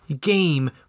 game